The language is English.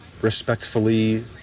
respectfully